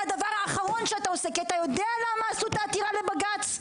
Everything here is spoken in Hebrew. הדבר האחרון שאתה עושה כי אתה יודע למה עשו את העתירה לבג"צ?